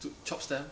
chop stamp